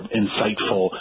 insightful